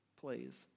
plays